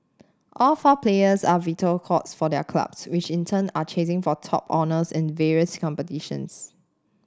all four players are vital cogs for their clubs which in turn are chasing for top honours in various competitions